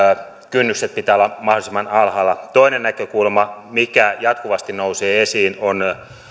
kynnyksen pitää olla mahdollisimman alhaalla toinen näkökulma mikä jatkuvasti nousee esiin on